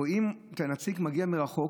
רואים את הנציג מגיע מרחוק,